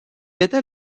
était